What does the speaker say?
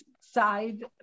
side